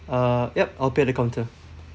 uh yup I'll pay at the counter